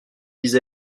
vis